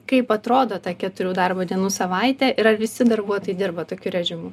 kaip atrodo ta keturių darbo dienų savaitė ir ar visi darbuotojai dirba tokiu režimu